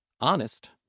Honest